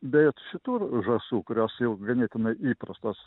bet šitų žąsų kurios jau ganėtinai įprastos